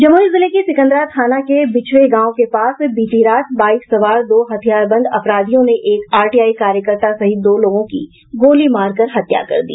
जमुई जिले के सिकंदरा थाना के बिछवे गांव के पास बीती रात बाइक सवार दो हथियारबंद अपराधियों ने एक आरटीआई कार्यकर्ता सहित दो लोगों की गोली मार कर हत्या कर दी